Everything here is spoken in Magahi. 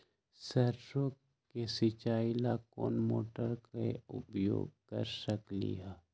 सरसों के सिचाई ला कोंन मोटर के उपयोग कर सकली ह?